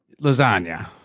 Lasagna